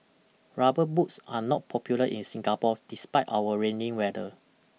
rubber boots are not popular in Singapore despite our rainy weather